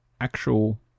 actual